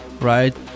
right